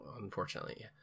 Unfortunately